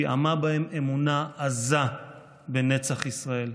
פיעמה בהם אמונה עזה בנצח ישראל.